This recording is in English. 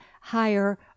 higher